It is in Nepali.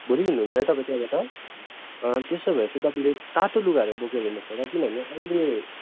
भोलि हिँड्नुहुन्छ है तपाईँ त्यहाँबाट त्यसो भए चाहिँ तपाईँले तातो लुगाहरू बोकेर हिँड्नुहोस् होला किनभने अहिले